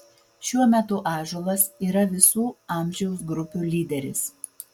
šiuo metu ąžuolas yra visų amžiaus grupių lyderis